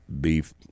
Beef